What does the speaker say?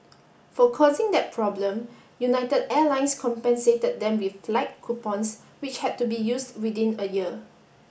for causing that problem United Airlines compensated them with flight coupons which had to be used within a year